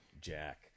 Jack